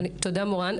תודה, מורן.